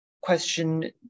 question